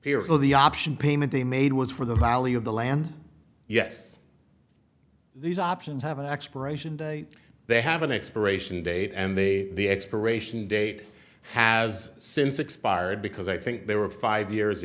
here for the option payment they made was for the value of the land yes these options have an expiration date they have an expiration date and the expiration date has since expired because i think they were five years